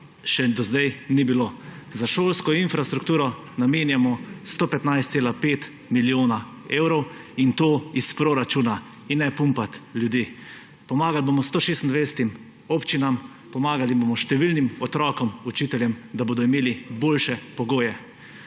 do zdaj še ni bilo. Za šolsko infrastrukturo namenjamo 115,5 milijona evrov, in to iz proračuna. In ne pumpati ljudi. Pomagali bomo 126 občinam, pomagali bomo številnim otrokom, učiteljem, da bodo imeli boljše pogoje.